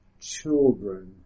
Children